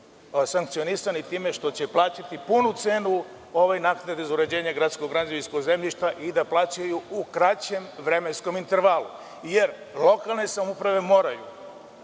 sankcionisani time što će plaćati punu cenu ove naknade za uređenje gradskog građevinskog zemljišta i da plaćaju u kraćem vremenskom intervalu. Lokalne samouprave moraju